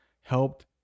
helped